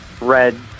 red